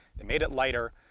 they made it lighter.